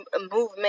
movement